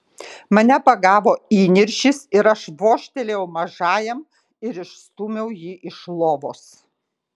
mane pagavo įniršis ir aš vožtelėjau mažajam ir išstūmiau jį iš lovos